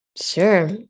Sure